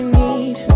need